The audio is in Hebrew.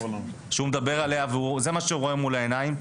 שהוא מדבר עליה וזה מה שהוא רואה מול העיניים,